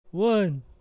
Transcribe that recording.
one